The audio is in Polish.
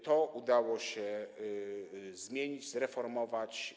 To udało się zmienić, zreformować.